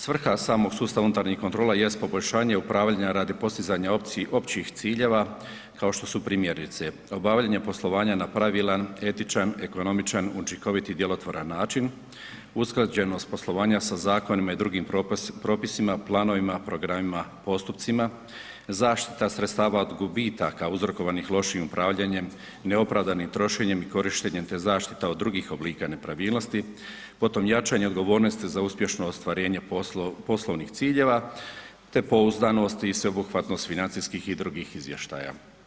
Svrha samog sustava unutarnjih kontrola jest poboljšanje upravljanja radi postizanja općih ciljeva kao što su primjerice, obavljanje poslovanja na pravilan, etičan, ekonomičan, učinkoviti i djelotvoran način, usklađenost poslovanja sa zakonima i drugim propisima, planovima, programima, postupcima, zaštita sredstava od gubitaka uzrokovanih lošim upravljanjem, neopravdanim trošenjem i korištenjem te zaštita od drugih oblika nepravilnosti, potom jačanje odgovornosti za uspješno ostvarenje poslovnih ciljeva te pouzdanost i sveobuhvatnost financijskih i drugih izvještaja.